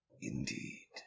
indeed